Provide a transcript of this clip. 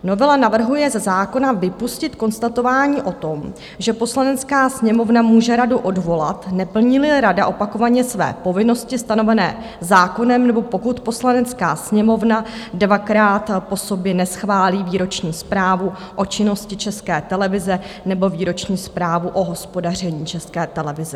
Novela navrhuje ze zákona vypustit konstatování o tom, že Poslanecká sněmovna může radu odvolat, neplníli rada opakovaně své povinnosti stanovené zákonem nebo pokud Poslanecká sněmovna dvakrát po sobě neschválí výroční zprávu o činnosti České televize nebo výroční zprávu o hospodaření České televize.